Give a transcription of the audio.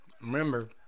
Remember